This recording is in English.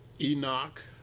Enoch